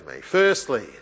Firstly